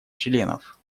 членов